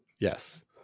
Yes